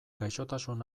gaixotasun